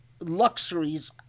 luxuries